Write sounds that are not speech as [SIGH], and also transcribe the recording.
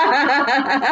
[LAUGHS]